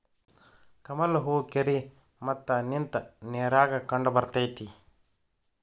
ಕಮಲ ಹೂ ಕೆರಿ ಮತ್ತ ನಿಂತ ನೇರಾಗ ಕಂಡಬರ್ತೈತಿ